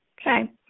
Okay